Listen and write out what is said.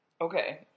Okay